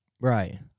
Right